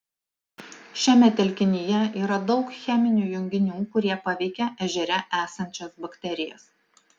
šiame telkinyje yra daug cheminių junginių kurie paveikia ežere esančias bakterijas